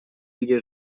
где